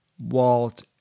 Walt